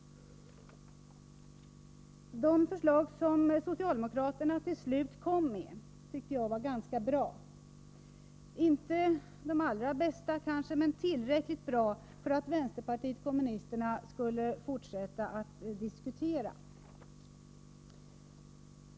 De förslag som socialdemokraterna till slut kom med tyckte jag var ganska bra — de var kanske inte de allra bästa, men tillräckligt bra för att vänsterpartiet kommunisterna skulle fortsätta att diskutera.